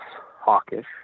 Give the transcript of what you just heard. hawkish